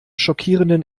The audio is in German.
schockierenden